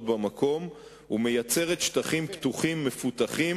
במקום ומייצרת שטחים פתוחים מפותחים,